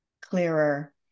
clearer